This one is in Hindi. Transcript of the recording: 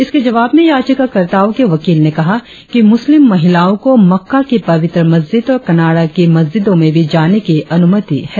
इसके जवाब में याचिकाकर्ताओं के वकील ने कहा कि मुस्लिम महिलाओं को मक्का की पवित्र मस्जिद और कनाड़ा की मस्जिदों में भी जाने की अनुमति है